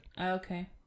okay